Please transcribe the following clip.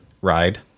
ride